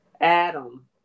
Adam